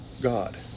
God